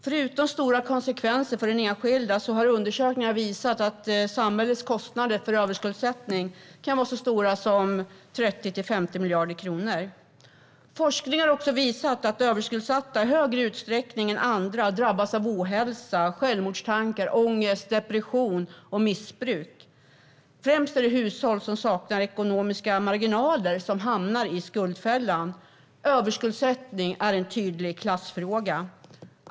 Förutom stora konsekvenser för den enskilda har undersökningar visat att samhällets kostnader för överskuldsättning kan vara så stora som 30-50 miljarder kronor. Forskning har också visat att överskuldsatta i större utsträckning än andra drabbas av ohälsa, självmordstankar, ångest, depression och missbruk. Främst är det hushåll som saknar ekonomiska marginaler som hamnar i skuldfällan. Överskuldsättning är en tydlig klassfråga.